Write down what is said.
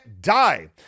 die